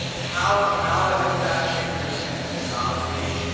ah how how ah has that shaped your understanding of technology?